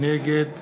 נגד